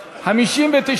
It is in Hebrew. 73,